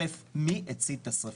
האחת, מי הצית את השריפה?